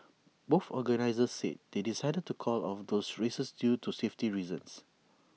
both organisers said they decided to call off those races due to safety reasons